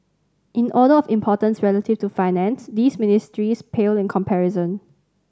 in order of importance relative to Finance these ministries pale in comparison